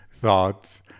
thoughts